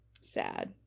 sad